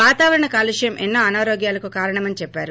వాతావరణ కాలుష్వం ఎన్నో అనారోగ్యాలకు కారణమని చెప్పారు